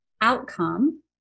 outcome